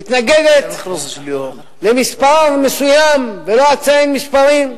מתנגדת למספר מסוים, ולא אציין מספרים,